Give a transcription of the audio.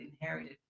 inherited